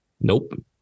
Nope